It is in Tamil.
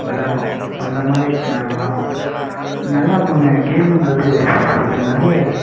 விளாட்றோம் அந்த மாதிரி நாங்களாம் நல்லாயிருக்குங்க கேமுன்றது எப்படி சொல்கிறது நிறைய